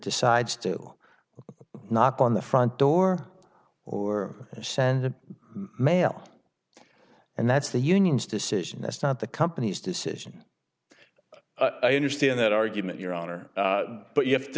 decides to knock on the front door or send a mail and that's the union's decision that's not the company's decision i understand that argument your honor but you have to